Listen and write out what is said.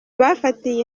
bafatiye